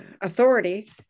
authority